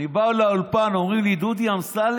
אני בא לאולפן, אומרים לי: דודי אמסלם,